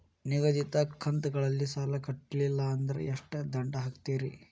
ನಿಗದಿತ ಕಂತ್ ಗಳಲ್ಲಿ ಸಾಲ ಕಟ್ಲಿಲ್ಲ ಅಂದ್ರ ಎಷ್ಟ ದಂಡ ಹಾಕ್ತೇರಿ?